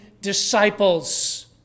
disciples